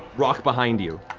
rock behind you.